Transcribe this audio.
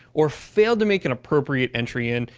or failed to make and appropriate entry in,